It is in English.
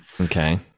Okay